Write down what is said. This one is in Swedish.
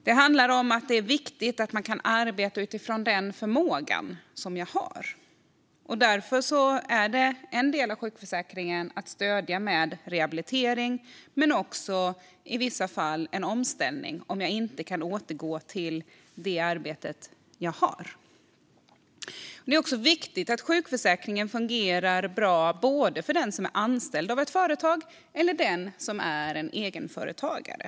Det är viktigt att man kan arbeta utifrån den förmåga man har. Därför utgörs en del av sjukförsäkring av ett stöd genom rehabilitering och i vissa fall en omställning om man inte kan återgå till det arbete man har. Det är också viktigt att sjukförsäkringen fungerar bra för både den som är anställd på ett företag och den som är egenföretagare.